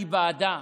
אני בעדה.